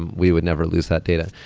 and we would never lose that data.